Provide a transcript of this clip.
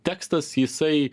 tekstas jisai